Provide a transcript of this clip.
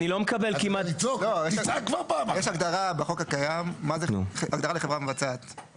יש הגדרה לחברה מבצעת בחוק הקיים.